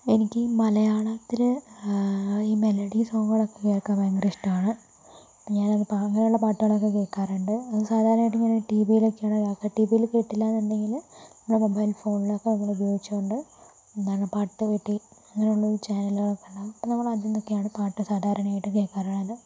എനിക്ക് ഈ മലയാളത്തില് ഈ മെലഡി സോങ്ങുകൾ ഒക്കെ കേൾക്കാൻ ഭയങ്കര ഇഷ്ടം ആണ് അപ്പോൾ ഞാൻ പുറമെ ഉള്ള പാട്ടുകൾ ഒക്കെ കേൾക്കാറുണ്ട് അത് സാധാരണ ആയിട്ട് ഞാൻ ഈ ടിവിയില് ഒക്കെയാ കേൾക്കുക ഇനി ടി വി ല് കേട്ടില്ല എന്ന് ഉണ്ടെങ്കില് മൊബൈൽ ഫോൺ ഒക്കെ ഉപയോഗിച്ചുകൊണ്ട് എന്താണ് പാട്ട്പെട്ടി അങ്ങനെ ഉള്ള ചാനലുകൾ ഒക്കെ ഉണ്ടാവും അപ്പോൾ നമ്മള് അതിനൊക്കെ ആണ് പാട്ട് സാധാരണ ആയിട്ട് കേൾക്കാറുള്ളത്